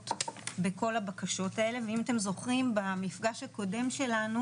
בכל הבקשות האלה ואם אתם זוכרים במפגש הקודם שלנו,